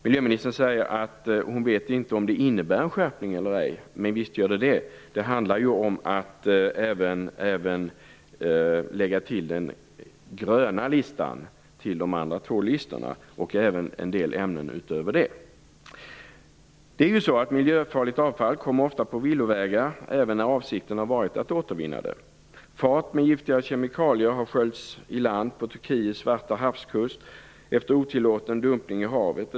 Miljöministern säger att hon inte vet om det innebär en skärpning eller ej. Men visst innebär det en skärpning. Det handlar ju om att lägga till den gröna listan till de andra två listorna och även en del ämnen utöver det. Miljöfarligt avfall kommer ofta på villovägar, även när avsikten har varit att återvinna det. Fat med giftiga kemikalier har sköljts i land på Turkiets Svartahavskust efter otillåten dumpning i havet.